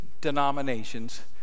denominations